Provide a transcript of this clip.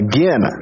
Again